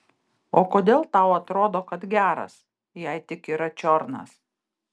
o kodėl tau atrodo kad geras jei tik yra čiornas